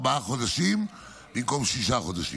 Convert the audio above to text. ארבעה חודשים במקום שישה חודשים.